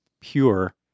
pure